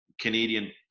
Canadian